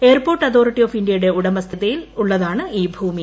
airport authority of ഇന്ത്യയുടെ ഉടമസ്ഥതയിൽ ഉള്ളതാണ് ഈ ഭൂമി